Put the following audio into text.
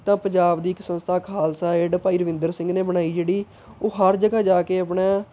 ਤਾਂ ਪੰਜਾਬ ਦੀ ਇੱਕ ਸੰਸਥਾ ਖਾਲਸਾ ਏਡ ਭਾਈ ਰਵਿੰਦਰ ਸਿੰਘ ਨੇ ਬਣਾਈ ਜਿਹੜੀ ਉਹ ਹਰ ਜਗ੍ਹਾ ਜਾ ਕੇ ਆਪਣਾ